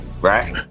Right